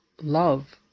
love